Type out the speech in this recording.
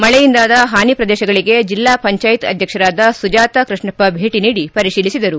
ಮಳೆಯಿಂದಾದ ಹಾನಿ ಪ್ರದೇಶಗಳಗೆ ಜಿಲ್ಲಾ ಪಂಚಾಯತ್ ಅಧ್ಯಕ್ಷರಾದ ಸುಜಾತ ಕೃಷ್ಣಪ್ಪ ಭೇಟಿ ನೀಡಿ ಪರಿಶೀಲಿಸಿದರು